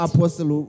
Apostle